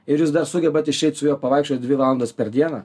ir jūs dar sugebat išeit su juo pavaikščiot dvi valandas per dieną